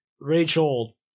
Rachel